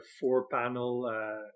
four-panel